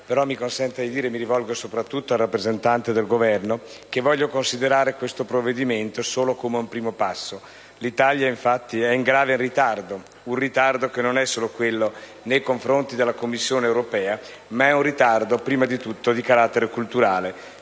però mi consenta di dire - mi rivolgo soprattutto al rappresentante del Governo - che voglio considerare questo provvedimento solo come un primo passo. L'Italia, infatti, è in grave ritardo, un ritardo non solo nei confronti della Commissione europea, ma un ritardo, prima di tutto, di carattere culturale.